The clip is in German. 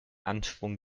anschwung